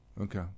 Okay